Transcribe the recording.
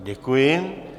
Děkuji.